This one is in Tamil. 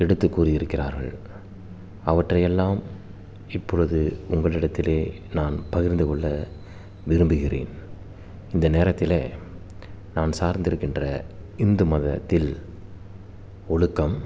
எடுத்துக்கூறி இருக்கிறார்கள் அவற்றை எல்லாம் இப்பொழுது உங்களிடத்திலே நான் பகிர்ந்துக்கொள்ள விரும்புகிறேன் இந்த நேரத்திலே நான் சார்ந்திருக்கின்ற இந்து மதத்தில் ஒழுக்கம்